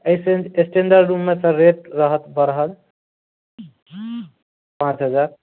एहिसँ स्टैंडर्ड रूममे सर रेट रहत बढ़ल पाँच हजार